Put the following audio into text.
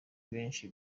benshi